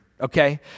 Okay